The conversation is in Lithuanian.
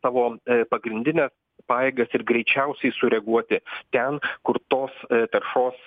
savo pagrindine pajėgas ir greičiausiai sureaguoti ten kur tos taršos